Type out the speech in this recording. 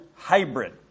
hybrid